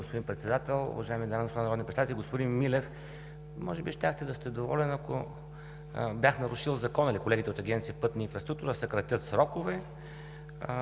господин Председател. Уважаеми дами и господа народни представители! Господин Милев, може би щяхте да сте доволен, ако бях нарушил закона, или колегите от Агенция „Пътна инфраструктура“ съкратят срокове,